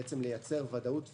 לייצר ודאות פיסקלית.